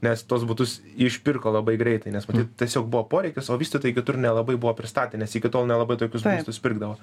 nes tuos butus išpirko labai greitai nes matyt tiesiog buvo poreikis o vystytojai kitur nelabai buvo pristatę nes iki tol nelabai tokius būstus pirkdavo